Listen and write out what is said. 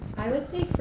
i would say for